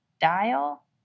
dial